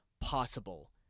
possible